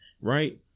Right